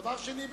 דבר שני,